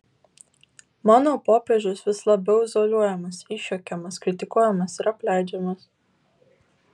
mano popiežius vis labiau izoliuojamas išjuokiamas kritikuojamas ir apleidžiamas